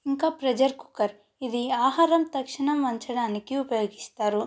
ఇంకా pressure cooker ఇది ఆహారం తక్షణం వండడానికి ఉపయోగిస్తారు